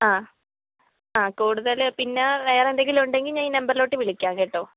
ആ ആ കൂടുതൽ പിന്നെ വേറെ എന്തെങ്കിലുമുണ്ടെങ്കിൽ ഞാൻ ഈ നമ്പറിലോട്ട് വിളിക്കാം കേട്ടോ